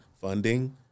funding